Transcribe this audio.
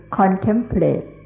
contemplate